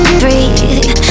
breathe